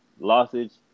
lossage